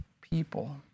people